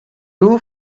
too